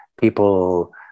people